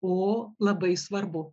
o labai svarbu